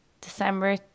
december